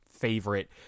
favorite